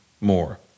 more